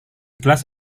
kelas